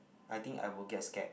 I think I will get scared